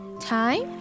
Time